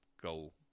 go